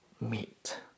meet